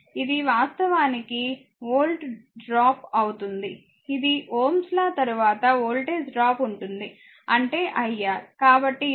ఇది వాస్తవానికి volt drop అవుతుంది ఇది Ωs'లా తరువాత వోల్టేజ్ డ్రాప్ ఉంటుంది అంటే iR